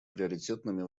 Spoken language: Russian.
приоритетными